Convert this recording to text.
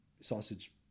sausage